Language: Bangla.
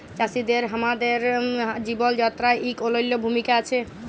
চাষীদের আমাদের জীবল যাত্রায় ইক অলল্য ভূমিকা আছে